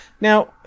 Now